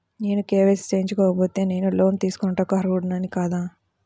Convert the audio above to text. నేను కే.వై.సి చేయించుకోకపోతే నేను లోన్ తీసుకొనుటకు అర్హుడని కాదా?